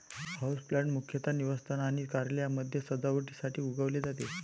houseplant मुख्यतः निवासस्थान आणि कार्यालयांमध्ये सजावटीसाठी उगवले जाते